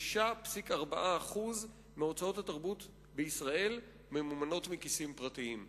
96.4% מהוצאות התרבות בישראל ממומנות מכיסים פרטיים.